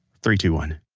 three, two, one